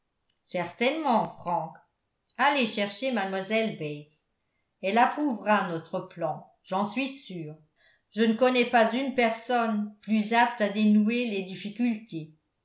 certainement frank allez chercher mlle bates elle approuvera notre plan j'en suis sûr je ne connais pas une personne plus apte à dénouer les difficultés